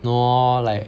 no lor like